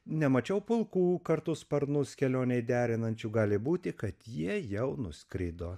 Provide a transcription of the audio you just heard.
nemačiau pulkų kartu sparnus kelionei derinančių gali būti kad jie jau nuskrido